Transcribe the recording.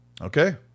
Okay